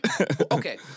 Okay